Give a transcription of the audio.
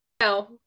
no